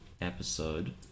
episode